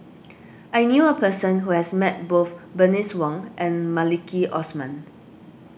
I knew a person who has met both Bernice Wong and Maliki Osman